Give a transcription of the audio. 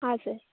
ಹಾಂ ಸರ್